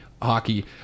hockey